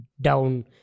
down